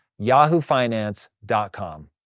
yahoofinance.com